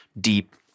deep